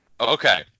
Okay